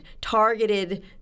targeted